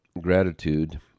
gratitude